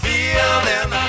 Feeling